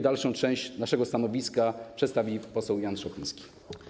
Dalszą część naszego stanowiska przedstawi poseł Jan Szopiński.